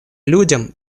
людям